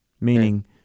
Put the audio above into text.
meaning